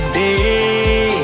day